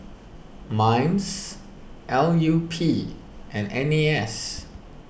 Minds L U P and N A S